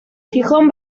gijón